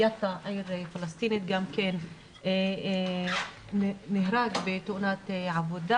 מיאטא עיר פלסטינית נהרג בתאונת עבודה.